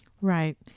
Right